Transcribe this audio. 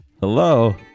Hello